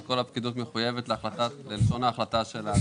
אז כל הפקידות מחויבת ללשון ההחלטה שלנו.